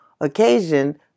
occasion